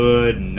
Good